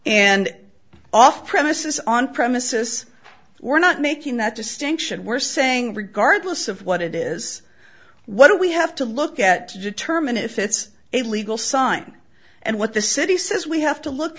and off premises on premises we're not making that distinction we're saying regardless of what it is what do we have to look at to determine if it's a legal sign and what the city says we have to look